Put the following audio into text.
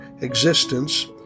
existence